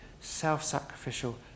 self-sacrificial